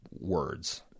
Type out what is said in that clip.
words